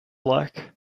like